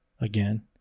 again